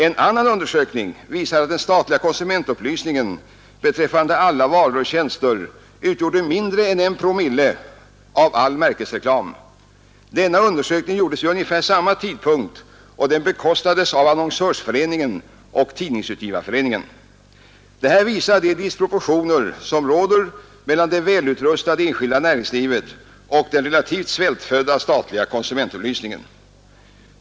En annan undersökning visade att den statliga konsumentupplysningen beträffande alla varor och tjänster utgjorde mindre än 1 promille av all märkesvarureklam. Denna undersökning gjordes vid ungefär samma tidpunkt, och den bekostades av Annonsörföreningen och Tidningsutgivareföreningen. Detta visar de disproportioner som råder mellan det välrustade enskilda näringslivet och den relativt svältfödda statliga konsumentupplysningen.